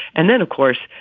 and then, of course,